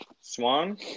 Swan